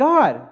God